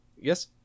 yes